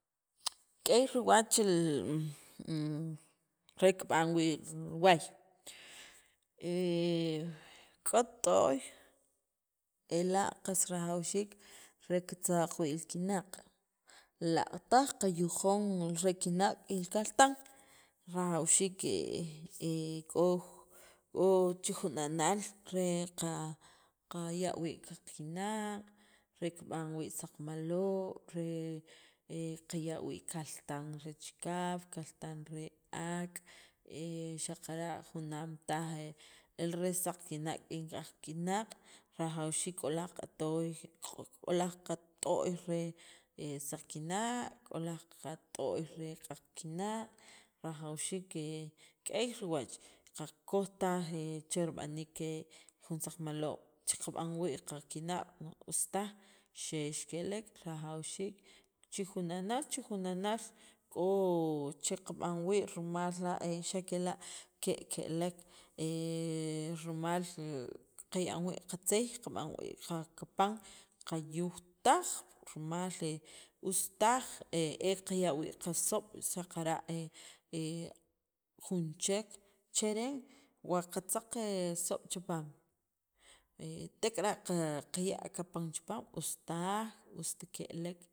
k'ay ke'lek wuxu' q'aq wuxu' tz'iil rima la' pi jun t'o'y qaya' wii' qasoob' jun chek qaya' wii' qakinaq' pi jun chek qab'an wii' qakaltan, pi jun chek qab'an wii' saqmaloob' pi jun chek qaya' wii' qatomate k'ey k'ey k'ey riwach xaqt jun rimal la' ela' otz qachalajsaj riwach xa' kela' otz ke'l laj qatib'iliil xaqt ch'aam, xaqt e tz'iil xaqt q'aq xaqt k'ay ela' rajawxiik k'o chijuna'naal chijuna'naal chijuna'nal k'o wii' che qab'an wii' ela'.